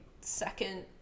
second